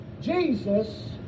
Jesus